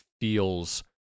feels